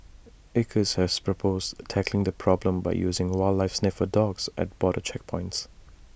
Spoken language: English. acres has proposed tackling the problem by using wildlife sniffer dogs at border checkpoints